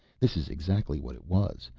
this is exactly what it was,